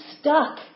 stuck